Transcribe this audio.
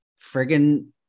friggin